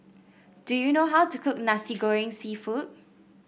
do you know how to cook Nasi Goreng seafood